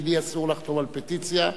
כי לי אסור לחתום על פטיציה,